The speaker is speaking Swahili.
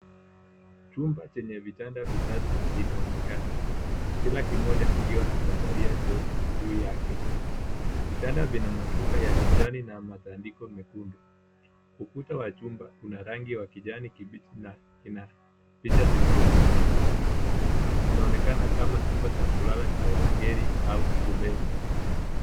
Chumba chenye vitanda vitatu kinaonekana. Kila kimoja kikiwa na chandarua cheupe juu yake. Vitanda vina mashuka ya kijani na matandiko mekundu. Ukuta wa chumba una rangi ya kijani kibichi na kuna picha zilizotundikwa. Kinaonekana kama chumba cha kulala cha wageni au shuleni.